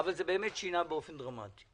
אבל זה באמת שינה באופן דרמטי.